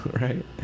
Right